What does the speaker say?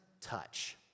touch